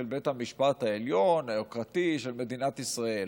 בית המשפט העליון היוקרתי של מדינת ישראל.